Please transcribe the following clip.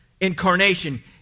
incarnation